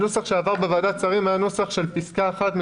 הנוסח שעבר בוועדת שרים היה נוסח של פסקה אחת,